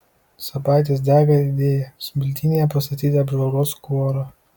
sabaitis dega idėja smiltynėje pastatyti apžvalgos kuorą